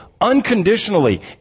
unconditionally